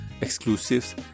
exclusives